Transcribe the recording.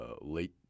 late